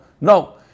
No